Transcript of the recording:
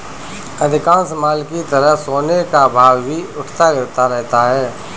अधिकांश माल की तरह सोने का भाव भी उठता गिरता रहता है